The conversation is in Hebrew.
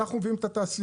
אנחנו מביאים את התעשייה,